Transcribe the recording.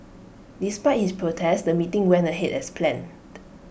despite his protest the meeting went ahead as planned